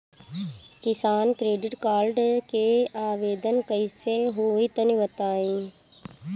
किसान credit card के आवेदन कईसे होई तनि बताई?